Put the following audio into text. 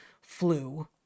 flu